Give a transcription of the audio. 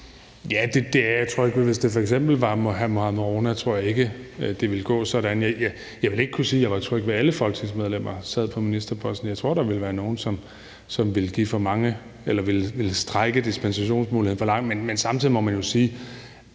Ja, det er jeg tryg ved. Hvis det f.eks. var hr. Mohammad Rona, tror jeg ikke, det ville gå sådan. Jeg vil ikke kunne sige, at jeg var tryg ved, at alle folketingsmedlemmer sad på ministerposten. Jeg tror, der ville være nogle, som ville strække dispensationsmuligheden for langt. Men samtidig må man jo sige,